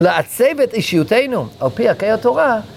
לעצב את אישיותנו על פי ערכי התורה.